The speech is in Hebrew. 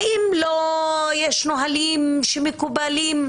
האם אין נהלים שמקובלים,